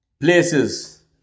places